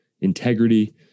integrity